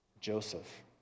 Joseph